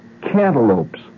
cantaloupes